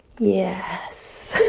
yes.